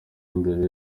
imbere